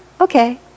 okay